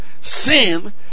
sin